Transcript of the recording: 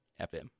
FM